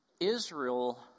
Israel